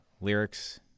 Lyrics